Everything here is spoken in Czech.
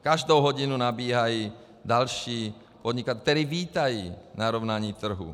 Každou hodinu nabíhají další podnikatelé, kteří vítají narovnání trhu.